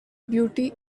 beauty